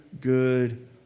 good